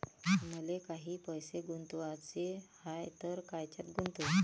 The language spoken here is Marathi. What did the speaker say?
मले काही पैसे गुंतवाचे हाय तर कायच्यात गुंतवू?